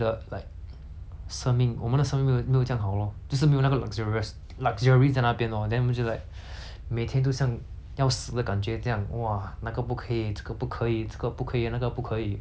就是没有那个 luxurious luxury 在那边 lor then 我们就 like 每天都像要死的感觉这样 !wah! 那个不可以这个不可以这个不可以那个不可以会觉得 like !wah! 我们的生命 hor 很像